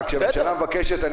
כשהממשלה מבקשת,